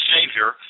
Savior